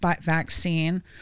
vaccine